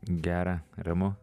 gera ramu